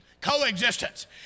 Coexistence